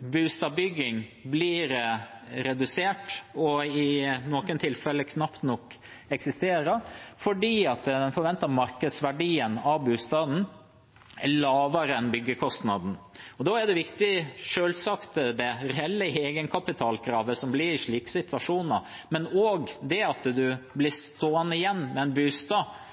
boligbyggingen blir redusert og i noen tilfeller knapt nok eksisterer fordi den forventede markedsverdien av boligen er lavere enn byggekostnaden. Da er selvsagt det reelle egenkapitalkravet som blir i slike situasjoner, viktig, men også det at en blir stående igjen med en